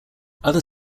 other